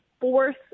fourth